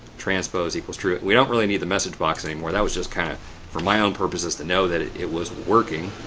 transpose equals true. we don't really need the message box anymore. that was just kind of for my own purposes to know that it was working.